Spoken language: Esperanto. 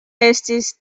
estis